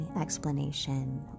explanation